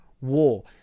war